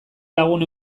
lagun